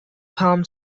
palm